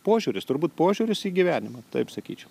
požiūris turbūt požiūris į gyvenimą taip sakyčiau